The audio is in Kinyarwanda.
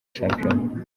shampiyona